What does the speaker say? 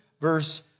verse